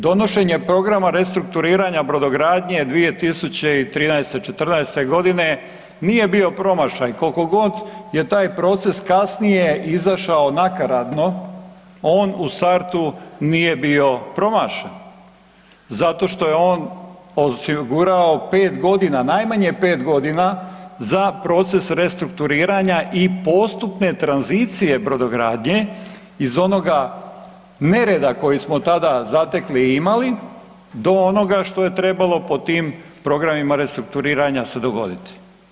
Donošenje programa restrukturiranja brodogradnje 2013.-14. godine nije bio promašaj koliko god je taj proces kasnije izašao nakaradno, on u startu nije bio promašen zato što je on osigurao 5 godina, najmanje 5 godina za proces restrukturiranja i postupne tranzicije brodogradnje iz onoga nereda koji smo tada zatekli i imali do onoga što je trebalo po tim programima restrukturiranja se dogoditi.